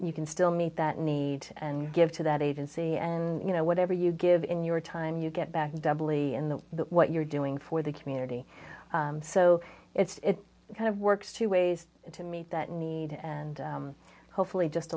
you can still meet that need and give to that agency and you know whatever you give in your time you get back doubly in the what you're doing for the community so it's kind of works two ways to meet that need and hopefully just